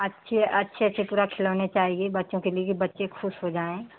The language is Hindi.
अच्छे अच्छे अच्छे तरह खिलौने चाहिए बच्चों के लिये बच्चे खुश हो जायें